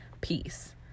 peace